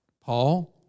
Paul